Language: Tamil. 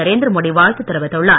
நரேந்திர மோடி வாழ்த்து தெரிவித்துள்ளார்